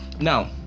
now